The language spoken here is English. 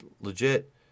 legit